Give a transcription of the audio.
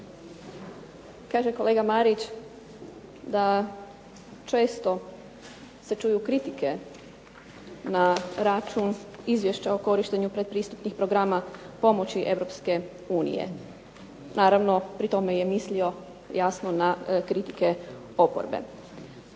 Kaže kolega Marić da često se čuju kritike na račun Izvješća o korištenju predpristupnih programa pomoći EU. Naravno pri tome je mislio jasno na kritike oporbe.